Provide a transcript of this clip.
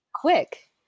Quick